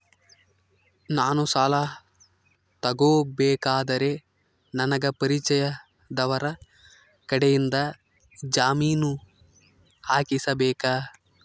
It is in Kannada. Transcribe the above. ನಾನು ಸಾಲ ತಗೋಬೇಕಾದರೆ ನನಗ ಪರಿಚಯದವರ ಕಡೆಯಿಂದ ಜಾಮೇನು ಹಾಕಿಸಬೇಕಾ?